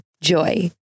JOY